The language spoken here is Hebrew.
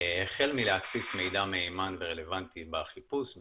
החל מלהציף מידע מהימן ורלוונטי בחיפוש,